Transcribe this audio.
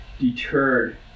deterred